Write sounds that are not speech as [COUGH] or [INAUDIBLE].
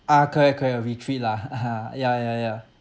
ah correct correct a retreat lah [LAUGHS] ya ya ya